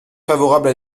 favorable